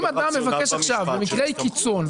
אם אדם מבקש עכשיו במקרי קיצון,